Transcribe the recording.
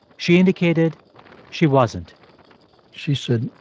she indicated she wasn't she said,